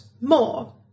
more